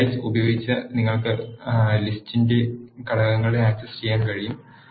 ഇൻഡിസ്സ് ഉപയോഗിച്ച് നിങ്ങൾക്ക് ലിസ്റ്റ് യുടെ ഘടകങ്ങളും ആക്സസ് ചെയ്യാൻ കഴിയും